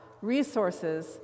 resources